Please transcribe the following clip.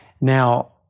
Now